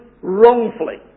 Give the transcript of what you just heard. wrongfully